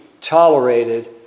tolerated